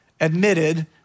admitted